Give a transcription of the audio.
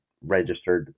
registered